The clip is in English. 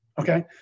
okay